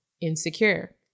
insecure